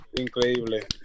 increíble